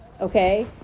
okay